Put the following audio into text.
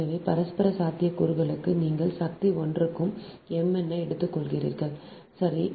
எனவே பரஸ்பர சாத்தியக்கூறுகளுக்கு நீங்கள் சக்தி 1 க்கு m n ஐ எடுத்துக்கொள்கிறீர்கள் சரி